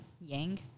Yang